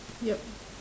yup